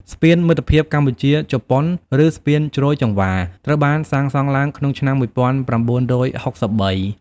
ស្ពានមិត្តភាពកម្ពុជា-ជប៉ុន ឬស្ពានជ្រោយចង្វារ ត្រូវបានសាងសង់ឡើងក្នុងឆ្នាំ ១៩៦៣។